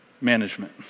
management